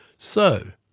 so,